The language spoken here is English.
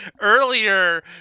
earlier